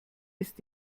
ist